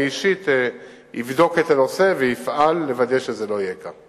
אני אישית אבדוק את הנושא ואפעל לוודא שזה לא יהיה כך.